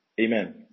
Amen